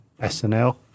SNL